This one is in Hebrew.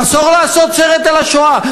אסור לעשות סרט על השואה.